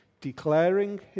declaring